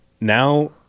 now